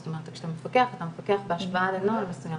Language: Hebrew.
זאת אומרת כשאתה מפקח אתה מפקח בהשוואה לנוהל מסוים.